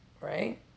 right